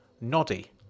Noddy